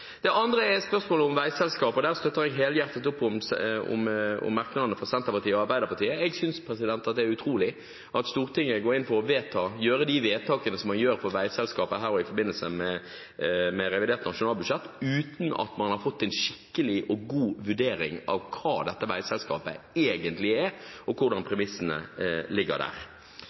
Det andre er spørsmålet om veiselskaper. Der støtter jeg helhjertet opp om merknadene fra Senterpartiet og Arbeiderpartiet. Jeg synes det er utrolig at Stortinget går inn for å gjøre de vedtakene som man gjør når det gjelder veiselskaper, i forbindelse med revidert nasjonalbudsjett, uten at man har fått en skikkelig og god vurdering av hva dette veiselskapet egentlig er, og hva premissene